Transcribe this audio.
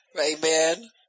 Amen